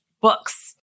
books